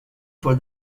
for